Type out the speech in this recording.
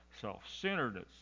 self-centeredness